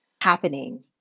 happening